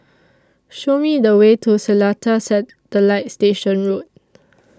Show Me The Way to Seletar Satellite Station Road